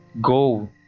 Go